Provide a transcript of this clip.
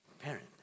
parent